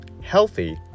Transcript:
Healthy